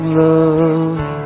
love